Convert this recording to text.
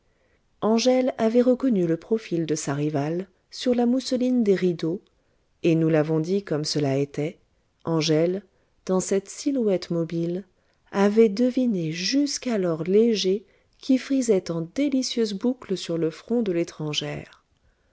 angèle avait reconnu le profil de sa rivale sur la mousseline des rideaux et nous l'avons dit comme cela était angèle dans cette silhouette mobile avait deviné jusqu'à l'or léger qui frisait en délicieuses boucles sur le front de l'étrangère